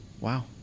wow